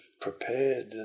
prepared